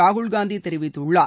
ராகுல் காந்தி தெரிவித்துள்ளார்